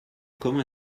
comment